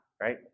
right